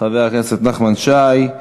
חבר הכנסת נחמן שי,